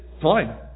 fine